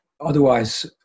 Otherwise